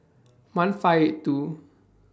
one five eight two